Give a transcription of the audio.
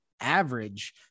average